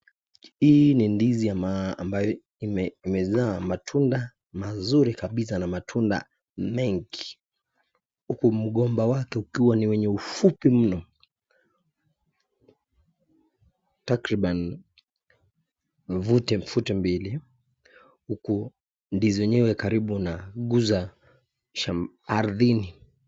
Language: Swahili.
Hii ni ndizi ambayo imezaa matunda mazuri kabisa na matunda mengi huku mgomba wake ukiwa ni wenye ufupi mno takriban futi mbili huku ndizi yenyewe karibu inaguza ardhini.